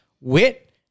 Wit